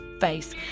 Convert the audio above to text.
face